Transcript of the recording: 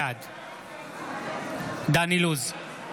בעד דן אילוז,